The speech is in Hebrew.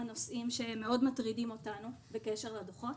נושאים שמאוד מטרידים אותנו בקשר לדוחות.